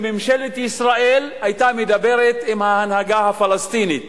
שממשלת ישראל דיברה עם ההנהגה הפלסטינית